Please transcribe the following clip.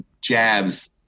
jabs